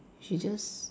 she just